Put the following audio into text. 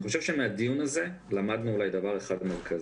אני חושב שמן הדיון הזה למדנו אולי דבר אחד מרכזי,